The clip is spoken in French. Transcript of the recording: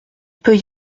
peut